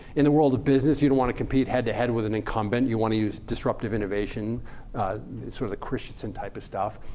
in the world of business, you don't want to compete head to head with an incumbent. you want to use disruptive innovation sort of the christensen type of stuff.